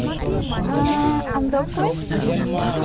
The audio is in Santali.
ᱚᱸᱻ ᱟᱢᱫᱚ ᱚᱠᱚᱭ